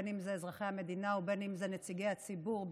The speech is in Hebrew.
בין אם אלה אזרחי המדינה ובין אם אלה נציגי הציבור,